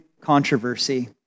Controversy